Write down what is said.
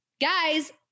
guys